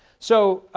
so